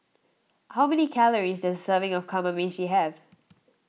how many calories does a serving of Kamameshi have